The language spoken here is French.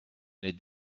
les